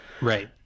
right